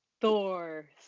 Thor